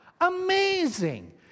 amazing